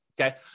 okay